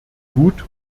tut